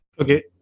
Okay